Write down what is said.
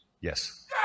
Yes